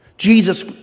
Jesus